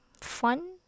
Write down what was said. fun